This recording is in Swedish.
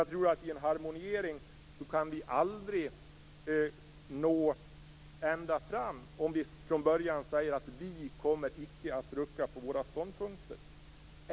Jag tror aldrig att vi kan nå ända fram till en harmoniering om vi från början säger att vi icke kommer att rucka på våra ståndpunkter.